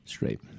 Straight